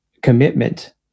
commitment